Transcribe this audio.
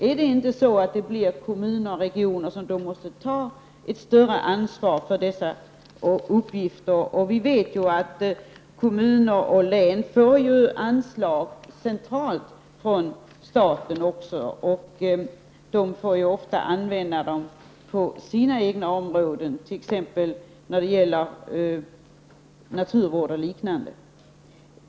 Är det inte så att kommuner och regioner då måste ta ett större ansvar för dessa uppgifter? Vi vet att kommuner och län får anslag centralt från staten. De får ofta använda dessa medel på sina egna områden — naturvård och liknande.